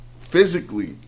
physically